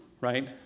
right